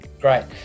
Great